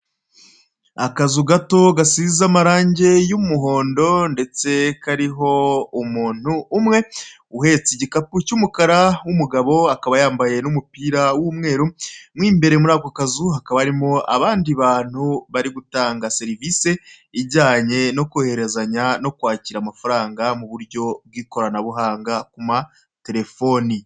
Akazu gato gasize amarangi y'umuhondo ndetse kariho umuntu umwe uhetse igakapu cy'umukara w'umugabo akaba yambaye n'umupira w'umweru, mo imbere muri ako kazu hakaba harimo abandi bantu bari gutanga serivise ijyanye no koherezanya no kwakira amafaranga mu buryo bw'ikoranabuhanga mu ma terefone.